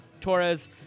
Torres